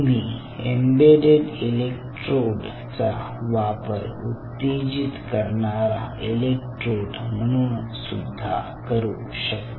तुम्ही embedded electrode चा वापर उत्तेजित करणारा इलेक्ट्रोड म्हणून सुद्धा करू शकता